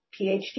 PhD